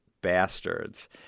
Bastards